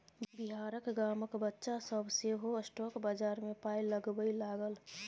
बिहारक गामक बच्चा सभ सेहो स्टॉक बजार मे पाय लगबै लागल